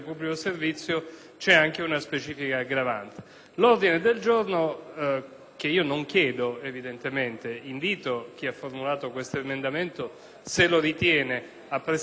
(che non chiedo, evidentemente: invito chi ha formulato questo emendamento, se lo ritiene, a presentarlo in sua vece) va nella direzione di verificare